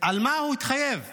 מה שהוא התחייב לו,